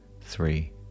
three